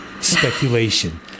speculation